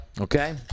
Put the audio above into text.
Okay